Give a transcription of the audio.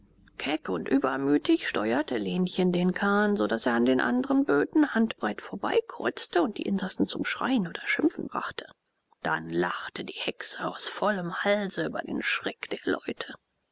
keck und übermütig steuerte lenchen den kahn so daß er an den andren böten handbreit vorbeikreuzte und die insassen zum schreien oder schimpfen brachte dann lachte die hexe aus vollem halse über den schreck der leute